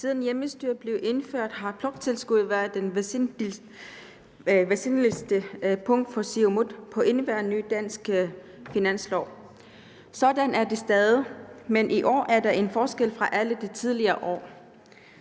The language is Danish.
Siden hjemmestyret blev indført, har bloktilskuddet været det væsentligste punkt for Siumut på enhver ny dansk finanslov. Sådan er det stadig, men i år er der en forskel fra alle de tidligere år.